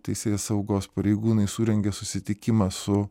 teisėsaugos pareigūnai surengė susitikimą su